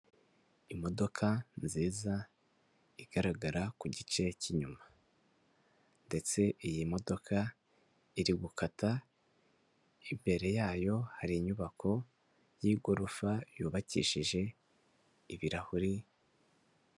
Imodoka nziza igaragara ku gice cy'inyuma, ndetse iyi modoka iri gukata, imbere yayo hari inyubako y'igorofa yubakishije ibirahuri...